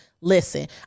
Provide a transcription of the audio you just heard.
listen